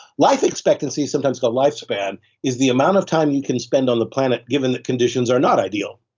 life expectancy is sometimes called lifespan is the amount of time you can spend on the planet given that conditions are not ideal.